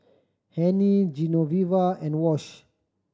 Hennie Genoveva and Wash